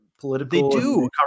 political